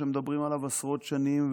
מדברים עליו עשרות שנים,